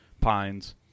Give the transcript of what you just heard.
pines